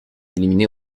éliminé